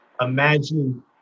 Imagine